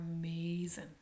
amazing